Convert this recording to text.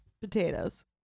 Potatoes